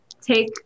take